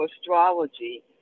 astrology